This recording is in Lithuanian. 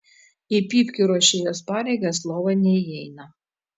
į pypkių ruošėjos pareigas lova neįeina